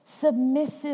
submissive